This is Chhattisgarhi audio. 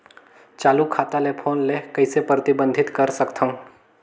चालू खाता ले फोन ले कइसे प्रतिबंधित कर सकथव?